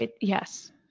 yes